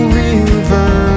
river